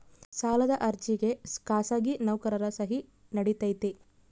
ಸಾಲದ ಅರ್ಜಿಗೆ ಖಾಸಗಿ ನೌಕರರ ಸಹಿ ನಡಿತೈತಿ?